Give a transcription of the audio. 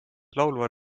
laulva